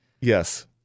Yes